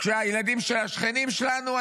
כשהילדים של השכנים שלנו שם,